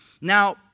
Now